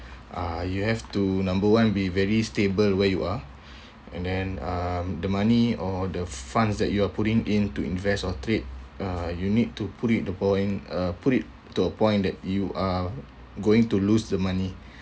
uh you have to number one be very stable where you are and and um the money or the funds that you are putting into invest or trade uh you need to put it into point uh put it to a point that you are going to lose the money